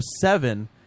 seven